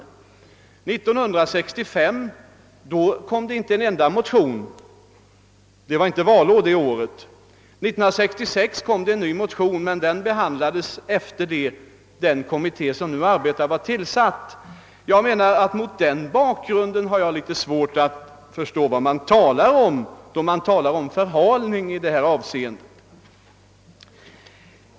År 1965 väcktes inte en enda motion i frågan — det var inte valår — men år 1966 kom en ny motion, som emellertid behandlades efter det att den nu arbetande kommittén hade tillsatts. Mot denna bakgrund har jag litet svårt att förstå att man kan tala om förhalning i detta avseende.